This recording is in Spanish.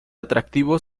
atractivo